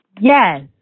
Yes